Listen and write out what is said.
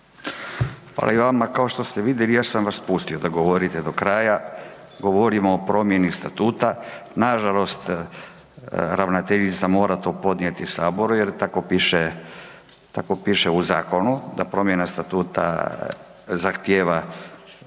Hvala i vama. Kao što ste vidjeli ja sam vas pustio da govorite do kraja, govorimo o promjeni statuta, nažalost ravnateljica to mora podnijeti saboru jer tako piše, tako piše u zakonu da promjena statuta zahtjeva